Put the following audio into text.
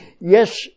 yes